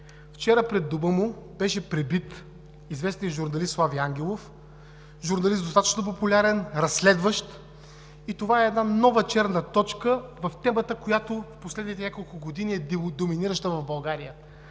Вчера пред дома му беше пребит известният журналист Слави Ангелов. Журналист, достатъчно популярен, разследващ, и това е една нова черна точка в темата, която в последните няколко години е доминираща в България